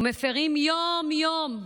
שמפירים יום-יום,